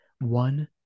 one